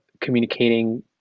communicating